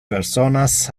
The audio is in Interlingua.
personas